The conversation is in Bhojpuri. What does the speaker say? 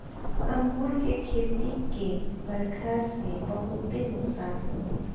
अंगूर के खेती के बरखा से बहुते नुकसान होला